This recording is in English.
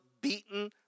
beaten